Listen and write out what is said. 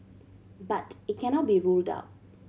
but it cannot be ruled out